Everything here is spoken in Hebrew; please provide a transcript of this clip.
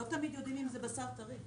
לא תמיד יודעים אם זה בשר דרי.